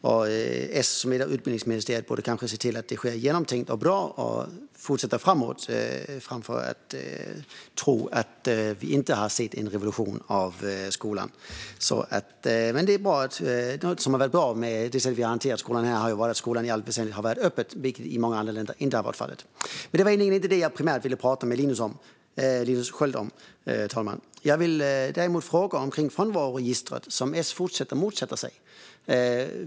Det S-ledda utbildningsministeriet borde kanske se till att detta sker genomtänkt och bra och fortsätta framåt snarare än att tro att vi inte har sett en revolution av skolan. En bra sak med det sätt på vilket vi hanterat skolan är att skolan i allt väsentligt har varit öppen, vilket i många andra länder inte har varit fallet. Men det var inte det jag primärt ville prata med Linus Sköld om, fru talman. Jag vill fråga om frånvaroregistret, som S fortsätter att motsätta sig.